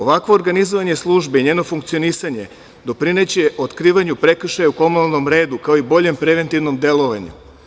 Ovakvo organizovanje službi i njeno funkcionisanje doprineće otkrivanju prekršaja u komunalnom redu kao i boljem preventivnom delovanju.